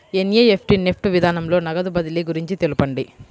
NEFT NEFT విధానంలో నగదు బదిలీ గురించి తెలుపండి?